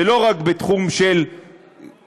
זה לא רק בתחום של כספים,